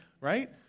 right